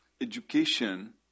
Education